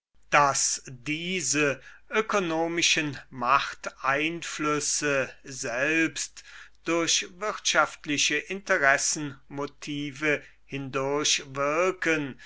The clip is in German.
daß diese ökonomischen machteinflüsse selbst durch wirtschaftliche interessenmotive